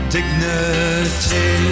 Dignity